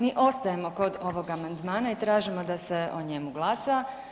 Mi ostajemo kod ovog amandmana i tražimo da se o njemu glasa.